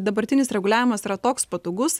dabartinis reguliavimas yra toks patogus